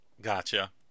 Gotcha